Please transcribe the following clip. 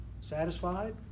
satisfied